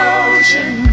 ocean